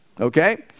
Okay